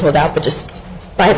without but just by